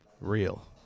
Real